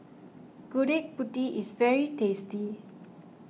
Gudeg Putih is very tasty